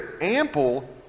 ample